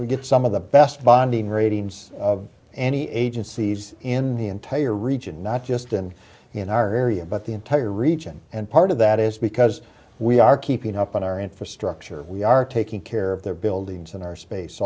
we get some of the best bonding ratings of any agencies in the entire region not just in in our area but the entire region and part of that is because we are keeping up on our infrastructure we are taking care of their buildings and our space